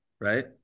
right